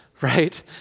right